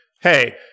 hey